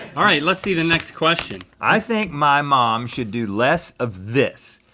alright, let's see the next question. i think my mom should do less of this.